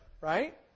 right